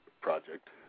project